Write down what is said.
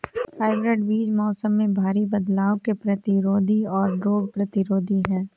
hybrid बीज मौसम में भारी बदलाव के प्रतिरोधी और रोग प्रतिरोधी हैं